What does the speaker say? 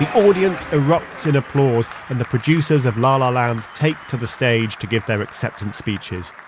and audience erupts in applause and the producers of la la land take to the stage to give their acceptance speeches.